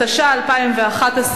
התשע"א 2011,